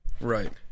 Right